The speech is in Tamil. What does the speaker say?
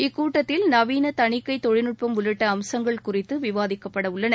இக்கூட்டத்தில் நவீன தணிக்கை தொழில்நுட்பம் உள்ளிட்ட அம்சங்கள் குறித்து விவாதிக்கப்பட உள்ளன